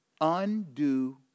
undo